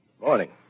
Morning